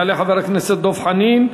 יעלה חבר הכנסת דב חנין,